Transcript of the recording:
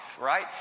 right